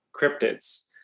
cryptids